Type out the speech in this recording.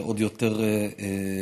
זה עוד יותר קשה.